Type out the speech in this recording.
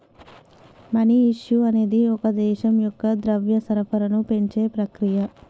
money issue అనేది ఒక దేశం యొక్క ద్రవ్య సరఫరాను పెంచే ప్రక్రియ